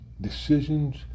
decisions